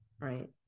right